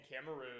Cameroon